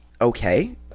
okay